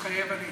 מתחייב אני